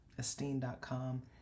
esteen.com